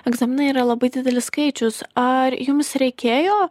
egzaminai yra labai didelis skaičius ar jums reikėjo